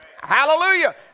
Hallelujah